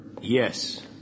Yes